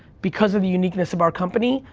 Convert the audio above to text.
because of the uniqueness of our company,